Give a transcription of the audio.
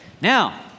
Now